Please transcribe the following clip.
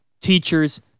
teachers